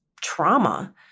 trauma